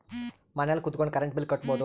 ಮನೆಲ್ ಕುತ್ಕೊಂಡ್ current bill ಕಟ್ಬೊಡು